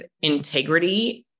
integrity